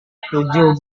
tujuh